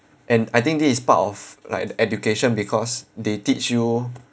and I think this is part of like the education because they teach you